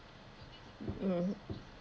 mm